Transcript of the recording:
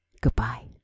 Goodbye